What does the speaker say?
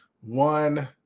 one